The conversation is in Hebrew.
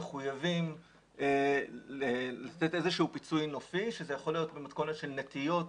מחויבים לתת איזשהו פיצוי נופי שזה יכול להיות במתכונת של נטיעות